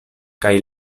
kaj